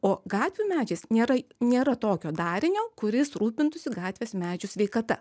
o gatvių medžiais nėra nėra tokio darinio kuris rūpintųsi gatvės medžių sveikata